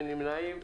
אין נמנעים.